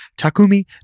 Takumi